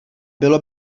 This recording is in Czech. bylo